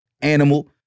Animal